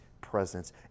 presence